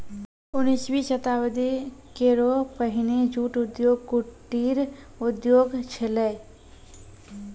उन्नीसवीं शताब्दी केरो पहिने जूट उद्योग कुटीर उद्योग छेलय